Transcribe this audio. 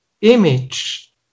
image